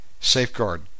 Safeguard